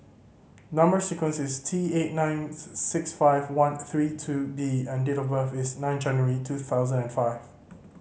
number sequence is T eight nine six five one three two B and date of birth is nine January two thousand and five